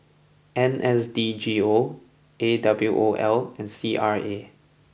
N S D G O A W O L and C R A